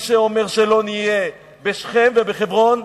מי שאומר שלא נהיה בשכם ובחברון,